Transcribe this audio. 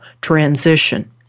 transition